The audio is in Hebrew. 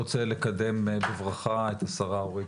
אני רוצה לקדם בברכה את השרה אורית